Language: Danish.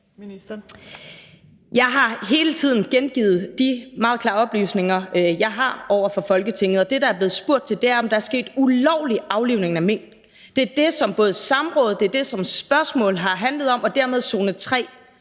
Jeg har hele tiden gengivet de meget klare oplysninger, jeg har, over for Folketinget. Det, der er blevet spurgt til, er, om der er sket ulovlig aflivning af mink. Det er det, som samråd, og det, som spørgsmål har handlet om – og dermed zone 3: